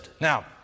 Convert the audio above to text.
Now